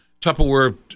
Tupperware